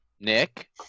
Nick